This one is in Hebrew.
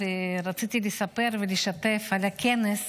ורציתי לספר ולשתף על הכנס שיזמתי,